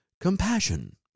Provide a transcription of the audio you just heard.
Compassion